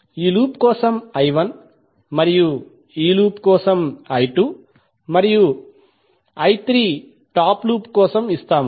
ఈ లూప్ కోసం మరియు ఈ లూప్ కోసం మరియు టాప్ లూప్ కోసం ఇస్తాము